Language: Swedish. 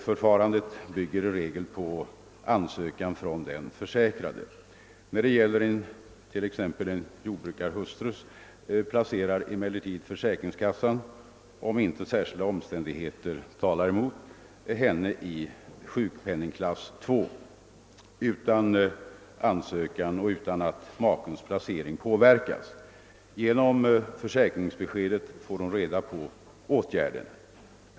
Förfarandet bygger i regel på ansökan från den försäkrade. En jordbrukarhustru placeras emellertid av försäkringskassan, om inte särskilda omständigheter talar däremot, utan ansökan i sjukpenningklass 2 och utan att makens placering påverkas. Genom försäkringsbeskedet får hon reda på åtgärden.